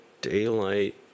daylight